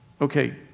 okay